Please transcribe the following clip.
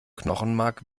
knochenmark